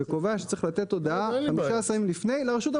וקובע שצריך לתת הודעה 15 ימים לפני לרשות המקרקעין.